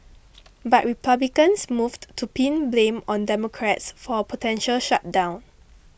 but Republicans moved to pin blame on Democrats for a potential shutdown